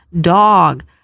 dog